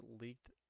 leaked